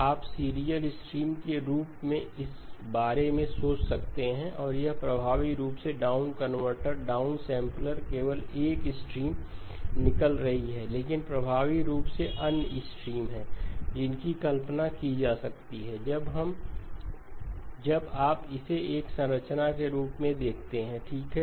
तो यह आप सीरियल स्ट्रीम के रूप में इस बारे में सोच सकते हैं और यह प्रभावी रूप से डाउन कनवर्टर डाउनसेंपलर केवल एक स्ट्रीम निकल रही है लेकिन प्रभावी रूप से अन्य स्ट्रीम्स हैं जिनकी कल्पना की जा सकती है जब आप इसे एक संरचना के रूप में देखते हैं ठीक है